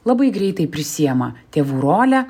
labai greitai prisiima tėvų rolę